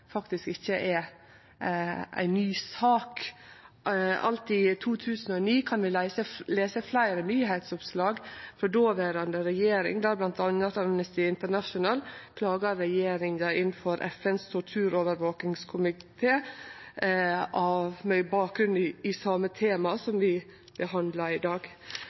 faktisk ikkje er ei ny sak. Alt i 2009 kunne vi lese fleire nyheitsoppslag frå dåverande regjering, der bl.a. Amnesty International klaga regjeringa inn for FNs torturkomité, med bakgrunn i same tema som vi behandlar i dag.